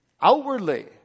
outwardly